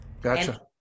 Gotcha